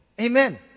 Amen